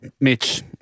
Mitch